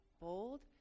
bold